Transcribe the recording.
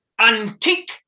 antique